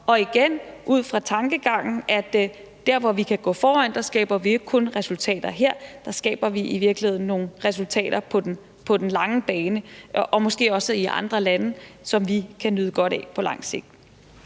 og igen ud fra tankegangen, at der, hvor vi kan gå foran, skaber vi i virkeligheden nogle resultater på den lange bane, og måske også i andre lande, hvad vi kan nyde godt af på lang sigt.